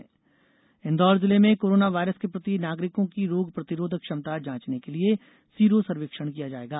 sero सर्वेक्षण इंदौर जिले में कोरोना वायरस के प्रति नागरिकों की रोग प्रतिरोधक क्षमता जांचने के लिए सीरो सर्वेक्षण किया जाएगा